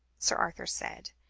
sir arthur said,